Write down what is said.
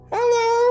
Hello